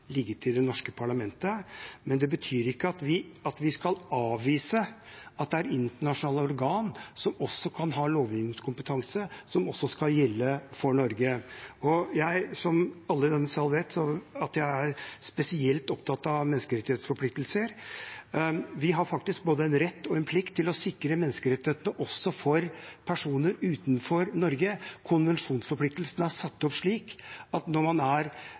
det norske parlamentet, men det betyr ikke at vi skal avvise at internasjonale organ kan ha lovgivningskompetanse som også skal gjelde for Norge. Som alle i denne salen vet, er jeg spesielt opptatt av menneskerettighetsforpliktelser. Vi har faktisk både en rett og en plikt til å sikre menneskerettighetene også for personer utenfor Norge. Konvensjonsforpliktelsene er satt opp slik at når man er